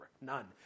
none